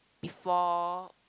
before